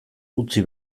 utzi